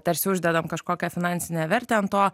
tarsi uždedam kažkokią finansinę vertę ant to